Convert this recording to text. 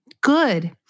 good